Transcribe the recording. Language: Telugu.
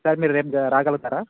సార్ మీరు రేపు రాగలుగుతారా